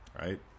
Right